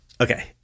Okay